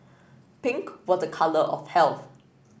pink was a colour of health